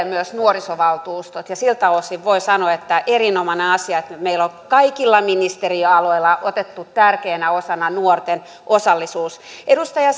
myös nuorisovaltuustot ja siltä osin voi sanoa että on erinomainen asia että meillä on kaikilla ministeriöalueilla otettu tärkeänä osana nuorten osallisuus edustaja